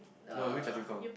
no I went Choa-Chu-Kang